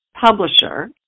publisher